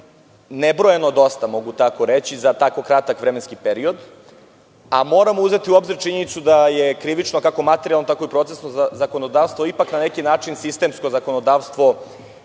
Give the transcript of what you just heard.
nebrojeno dosta, mogu tako reći, za tako kratak vremenski period, a moramo uzeti u obzir činjenicu da je krivično, kako materijalno, tako i procesno zakonodavstvo ipak na neki način sistemsko zakonodavstvo